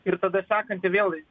ir tada sekanti vėl